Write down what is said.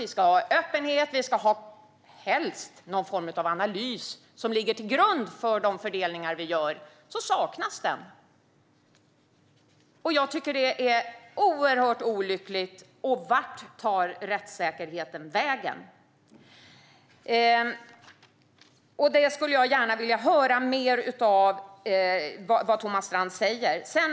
Vi ska ha öppenhet och helst någon form av analys som ligger till grund för de fördelningar vi gör, men den saknas. Jag tycker att det är oerhört olyckligt. Vart tar rättssäkerheten vägen? Jag skulle gärna vilja höra lite mer om vad Thomas Strand säger om det.